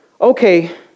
okay